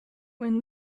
when